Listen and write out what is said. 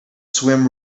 swim